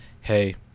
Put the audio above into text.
Hey